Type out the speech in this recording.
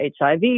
HIV